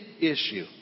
issue